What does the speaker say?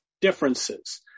differences